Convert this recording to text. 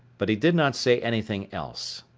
but he did not say anything else.